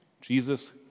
Jesus